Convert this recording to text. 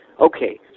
okay